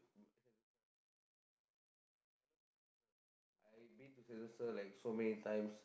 sentosa marina !wow! I I love sentosa I been to sentosa like so many times